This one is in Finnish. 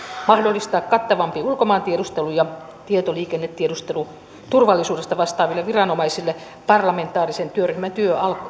mahdollistaa kattavampi ulkomaantiedustelu ja tietoliikennetiedustelu turvallisuudesta vastaaville viranomaisille parlamentaarisen työryhmän työ